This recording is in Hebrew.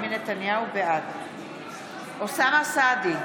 בעד אוסאמה סעדי,